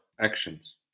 actions